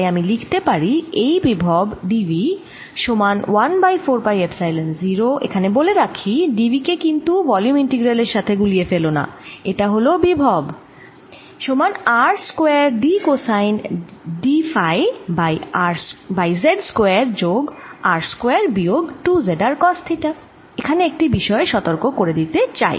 তাই আমি লিখতে পারি এই বিভব d V সমান 1বাই 4 পাই এপসাইলন 0 এখানে বলে রাখি এই d v কে কিন্তু ভলিউম ইন্টিগ্রাল এর সাথে গুলিয়ে ফেলো নাএটা হল বিভব সমান R square d cosine theta d phi by z square যোগ R স্কয়ার বিয়োগ 2 z R কস থিটা এখানে একটি বিষয়ে সতর্ক করে দিতে চাই